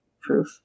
proof